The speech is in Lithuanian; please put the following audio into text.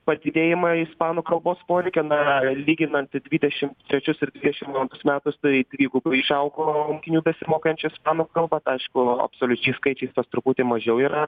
padidėjimą ispanų kalbos poreikio na lyginant dvidešimt trečius ir dvidešimt antrus metus tai trigubai išaugo mokinių besimokančių ispanų kalbą aišku absoliučiais skaičiais tas truputį mažiau yra